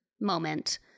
moment